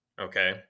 Okay